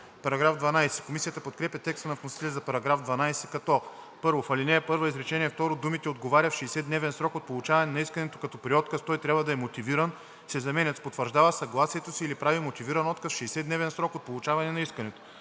за § 11. Комисията подкрепя текста на вносителя за § 12, като: „1. В ал. 1, изречение второ думите „отговаря в 60-дневен срок от получаване на искането, като при отказ той трябва да е мотивиран“ се заменят с „потвърждава съгласието си или прави мотивиран отказ в 60-дневен срок от получаване на искането“.